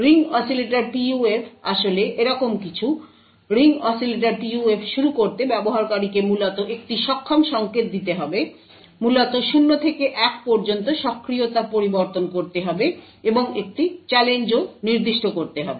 ring oscillator PUF আসলে এরকম কিছু রিং অসিলেটর PUF শুরু করতে ব্যবহারকারীকে মূলত একটি সক্ষম সংকেত দিতে হবে মূলত 0 থেকে 1 পর্যন্ত সক্রিয়তা পরিবর্তন করতে হবে এবং একটি চ্যালেঞ্জও নির্দিষ্ট করতে হবে